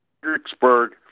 Fredericksburg